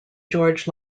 george